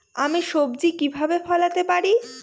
আমি সবজি কিভাবে ফলাতে পারি?